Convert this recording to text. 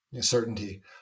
certainty